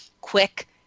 quick